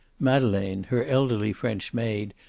madeleine, her elderly french maid,